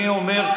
אני אומר,